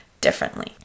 differently